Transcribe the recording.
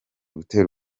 gutera